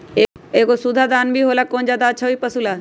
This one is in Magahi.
एगो सुधा दाना भी होला कौन ज्यादा अच्छा होई पशु ला?